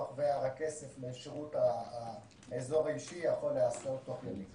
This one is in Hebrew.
והר הכסף לשירות האזור האישי יכול להיעשות תוך ימים.